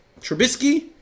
Trubisky